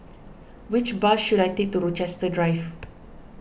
which bus should I take to Rochester Drive